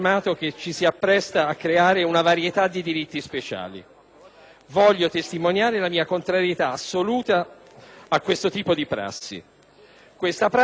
Voglio testimoniare la mia contrarietà assoluta a questo tipo di prassi, che a sua volta è sovrastata da una stravaganza.